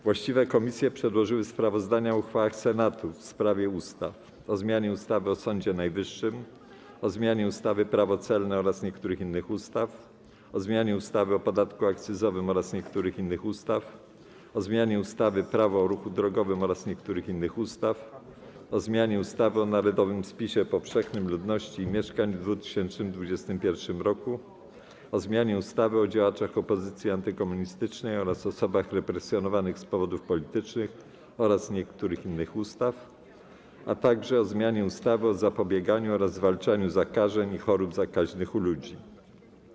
Właściwe komisje przedłożyły sprawozdania o uchwałach Senatu w sprawie ustaw: - o zmianie ustawy o Sądzie Najwyższym, - o zmianie ustawy - Prawo celne oraz niektórych innych ustaw, - o zmianie ustawy o podatku akcyzowym oraz niektórych innych ustaw, - o zmianie ustawy - Prawo o ruchu drogowym oraz niektórych innych ustaw, - o zmianie ustawy o narodowym spisie powszechnym ludności i mieszkań w 2021 r., - o zmianie ustawy o działaczach opozycji antykomunistycznej oraz osobach represjonowanych z powodów politycznych oraz niektórych innych ustaw, - o zmianie ustawy o zapobieganiu oraz zwalczaniu zakażeń i chorób zakaźnych u ludzi.